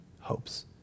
hopes